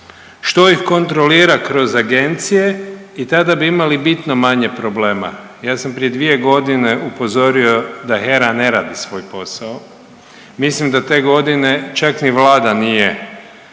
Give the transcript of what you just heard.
što ih kontrolira kroz agencije i tada bi imali bitno manje problema. Ja sam prije dvije godine upozorio da HERA ne radi svoj posao. Mislim da te godine čak ni Vlada nije